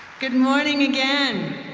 good morning again.